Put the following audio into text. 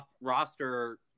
roster